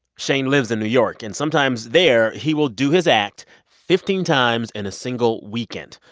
shane lives in new york. and sometimes, there, he will do his act fifteen times in a single weekend,